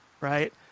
right